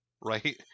right